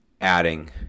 adding